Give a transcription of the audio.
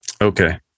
Okay